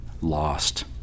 lost